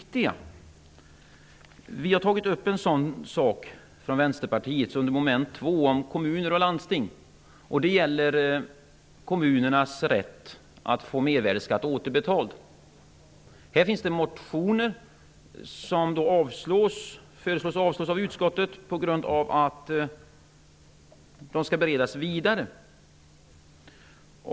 Vi i Vänsterpartiet har tagit upp en sådan fråga under mom. 2, om kommuner och landsting. Det gäller kommunernas rätt att få mervärdesskatt återbetald. Här finns motioner som avslås av utskottet på grund av att de skall beredas vidare.